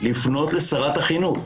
לפנות לשרת החינוך,